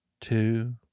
two